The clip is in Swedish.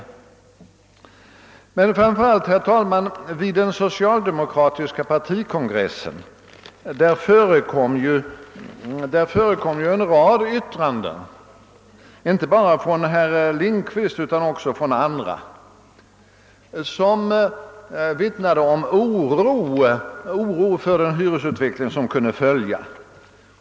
Framför allt vill jag emellertid, herr talman, nämna att vid den socialdemokratiska partikongressen förekom en rad yttranden, inte bara av herr Lindkvist utan också av andra som vittnade om oro för den hyresutveckling som kunde följa.